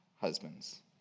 husbands